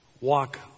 walk